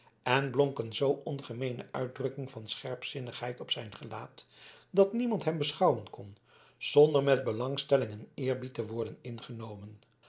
en blonk een zoo ongemeene uitdrukking van scherpzinnigheid op zijn gelaat dat niemand hem beschouwen kon zonder met belangstelling en eerbied te worden ingenomen